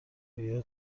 آیا